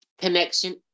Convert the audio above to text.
connection